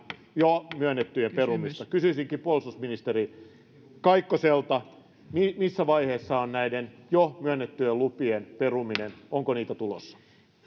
jo myönnettyjen perumista kysyisinkin puolustusministeri kaikkoselta missä vaiheessa on näiden jo myönnettyjen lupien peruminen onko niitä tulossa